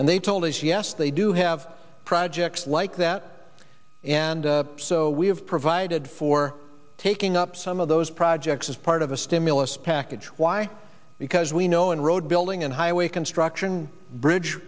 and they told us yes they do have projects like that and so we have provided for taking up some of those projects as part of a stimulus package why because we know in road building and highway construction bridge